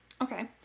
Okay